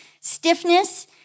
stiffness